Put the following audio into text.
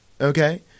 Okay